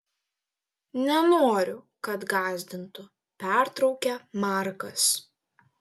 nenoriu kad gąsdintų pertraukia markas